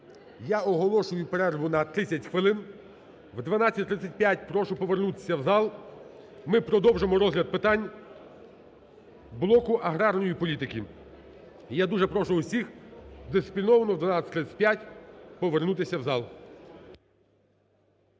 я оголошую перерву на 30 хвилин. О 12.35 прошу повернутися в зал. Ми продовжимо розгляд питань блоку аграрної політики. Я дуже прошу всіх дисципліновано о 12.35 повернутися в зал.